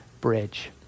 bridge